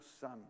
son